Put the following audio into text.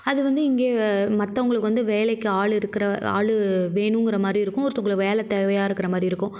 அது வந்து இங்கே மற்றவங்களுக்கு வந்து வேலைக்கு ஆள் இருக்கிற ஆள் வேணுங்கிற மாதிரி இருக்கும் ஒருத்தவங்களை வேலை தேவையாக இருக்கிற மாதிரி இருக்கும்